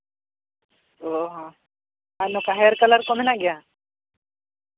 ᱚᱸᱻ ᱦᱚᱸ ᱟᱨ ᱱᱚᱝᱠᱟ ᱦᱮᱭᱟᱨ ᱠᱟᱞᱟᱨ ᱠᱚ ᱢᱮᱱᱟᱜ ᱜᱮᱭᱟ